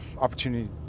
opportunity